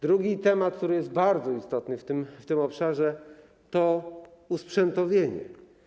Drugi temat, który jest bardzo istotny w tym obszarze, to usprzętowienie.